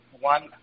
one